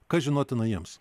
kas žinotina jiems